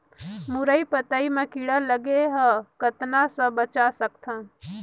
मुरई पतई म कीड़ा लगे ह कतना स बचा सकथन?